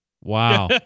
Wow